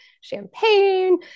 champagne